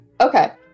Okay